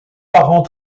parents